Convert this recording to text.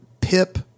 Pip